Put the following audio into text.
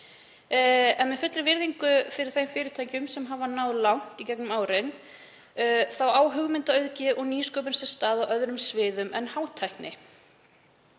En með fullri virðingu fyrir þeim fyrirtækjum sem hafa náð langt í gegnum árin þá á hugmyndaauðgi og nýsköpun sér stað á öðrum sviðum en hátækni.